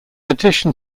addition